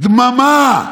דממה.